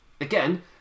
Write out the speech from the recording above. Again